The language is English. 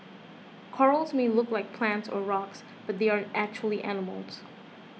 corals may look like plants or rocks but they are actually animals